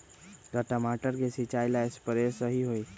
का टमाटर के सिचाई ला सप्रे सही होई?